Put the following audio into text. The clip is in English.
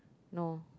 no